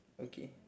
okay